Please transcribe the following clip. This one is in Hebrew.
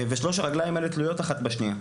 שלוש הרגליים האלה תלויות אחת בשנייה.